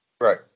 Right